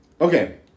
Okay